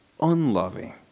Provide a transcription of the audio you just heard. unloving